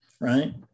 right